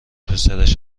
پسرش